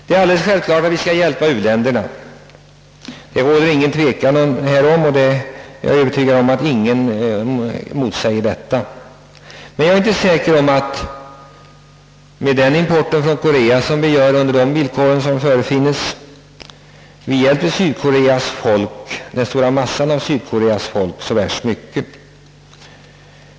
Det är alldeles självklart att vi skall hjälpa u-länderna — jag är övertygad om att ingen har annan uppfattning. Men jag är inte säker på att vi med importen från Korea under rådande förhållanden hjälper den stora massan av Sydkoreas folk särskilt mycket.